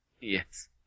yes